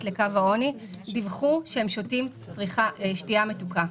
לקו העוני דיווחו שהם שותים שתייה מתוקה.